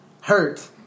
Hurt